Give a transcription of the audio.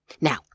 Now